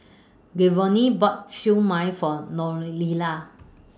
Giovanny bought Siew Mai For Noelia